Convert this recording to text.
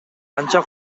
анча